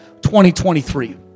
2023